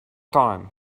time